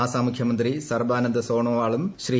ആസാം മുഖ്യമന്ത്രി സർബാനന്ദ് സോനോവാളും ശ്രീ